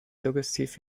suggestiv